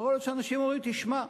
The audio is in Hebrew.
יכול להיות שאנשים אומרים: תשמע,